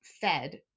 fed